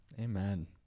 Amen